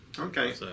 Okay